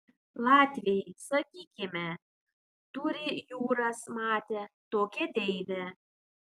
latviai sakykime turi jūras mate tokią deivę